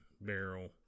barrel